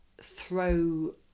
throw